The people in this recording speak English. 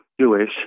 Jewish